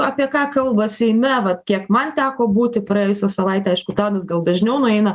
apie ką kalba seime vat kiek man teko būti praėjusią savaitę aišku tadas gal dažniau nueina